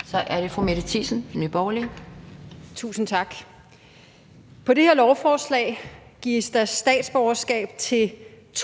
Kl. 12:30 Mette Thiesen (NB): Tusind tak. Med det her lovforslag gives der statsborgerskab til 2.944